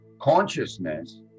consciousness